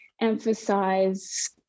emphasize